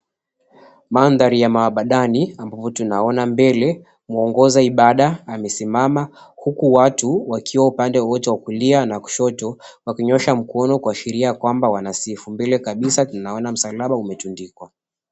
Mandhari ya maabadani ambapo tunaona mbele muongoza ibada amesimama huku watu wakiwa upande wote wa kulia na kushoto wakinyoosha mkono kuashiria kwamba wanasifu, mbele kabisa tunaona msalaba umetundikwa.